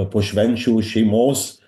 po švenčių šeimos